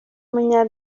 munya